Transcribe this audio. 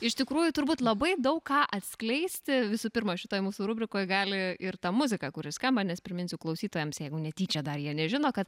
iš tikrųjų turbūt labai daug ką atskleisti visų pirma šitoj mūsų rubrikoj gali ir ta muzika kuri skamba nes priminsiu klausytojams jeigu netyčia dar jie nežino kad